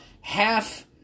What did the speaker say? half